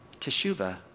teshuva